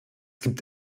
gibt